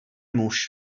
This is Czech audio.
muž